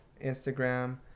Instagram